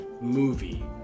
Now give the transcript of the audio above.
movie